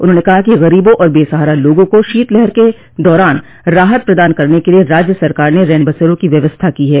उन्होंने कहा कि गरीबों और बेसहारा लोगों को शीतलहर के दौरान राहत प्रदान करने के लिए राज्य सरकार ने रैनबसेरों की व्यवस्था की है